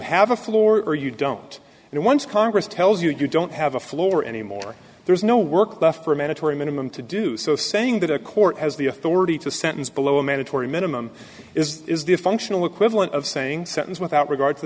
have a floor or you don't and once congress tells you you don't have a floor anymore there's no work left for a mandatory minimum to do so saying that a court has the authority to sentence below a mandatory minimum is the functional equivalent of saying sentence without regard